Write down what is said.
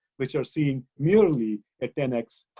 which are seeing merely a ten x,